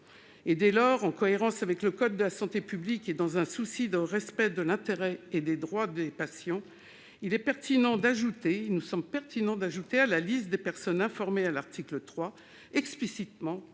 Dès lors, en cohérence avec le code de la santé publique et dans un souci de respect de l'intérêt et des droits des patients, il nous semble pertinent d'ajouter nommément à la liste des personnes informées visée à l'article 3 la